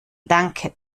danke